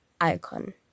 icon